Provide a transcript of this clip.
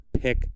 Pick